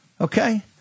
Okay